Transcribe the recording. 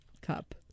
cup